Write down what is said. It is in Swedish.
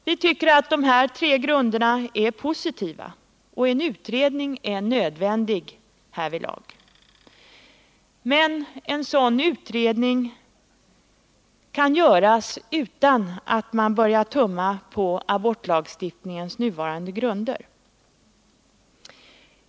Vi tycker att dessa tre grunder är positiva, och en utredning är nödvändig härvidlag. Men en sådan utredning kan göras utan att man börjar tumma på abortlagstiftningens nuvarande grunder.